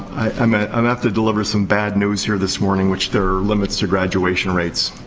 um ah um have to deliver some bad news here this morning, which there are limits to graduation rates.